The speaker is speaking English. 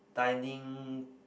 dining